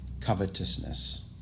covetousness